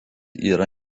yra